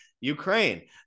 Ukraine